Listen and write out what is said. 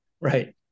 Right